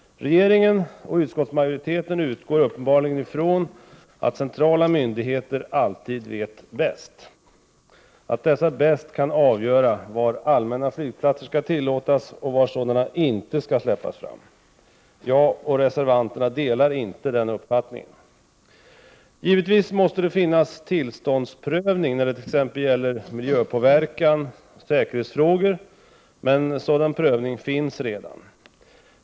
Regeringen och utskottsmajoriteten utgår uppenbarligen ifrån att centrala myndigheter alltid vet bäst, att dessa bäst kan avgöra var allmänna flygplatser skall tillåtas och var sådana inte skall släppas fram. Jag och reservanterna delar inte den uppfattningen. Givetvis måste det finnas tillståndsprövning när det t.ex. gäller miljöpåverkan och säkerhetsfrågor, men sådan prövning förekommer redan.